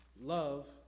love